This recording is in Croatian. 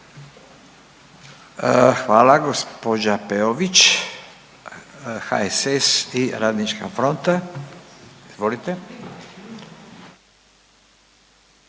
Hvala. Gđa Peović, HSS i Radnička fronta. izvolite.